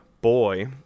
boy